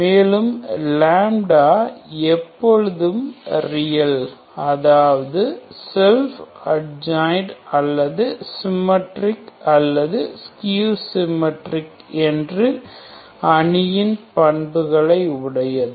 மேலும் λ எப்பொழுதும் ரியல் அதாவது செல்ஃப் அட்ஜ்ஜாயின்ட் அல்லது சிம்மெட்ரிக் அல்லது ஸ்கியூ சிம்மெட்ரிக் என்று அணியின் பண்புகளை உடையது